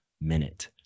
minute